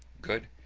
good.